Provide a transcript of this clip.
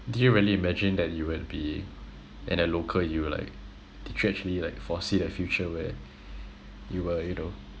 did you really imagine that you would be at a local U like did you actually like foresee the future where you were you know